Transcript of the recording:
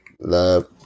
Love